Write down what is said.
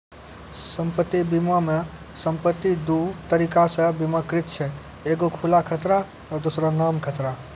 सम्पति बीमा मे सम्पति दु तरिका से बीमाकृत छै एगो खुला खतरा आरु दोसरो नाम खतरा